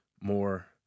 more